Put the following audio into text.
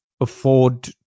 afford